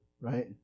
right